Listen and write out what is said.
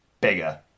bigger